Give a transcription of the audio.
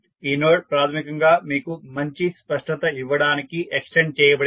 ఈ నోడ్ ప్రాథమికంగా మీకు మంచి స్పష్టత ఇవ్వడానికి ఎక్స్టెండ్ చేయబడినది